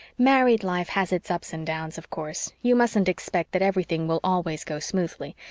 married life has its ups and downs, of course. you mustn't expect that everything will always go smoothly.